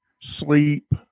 sleep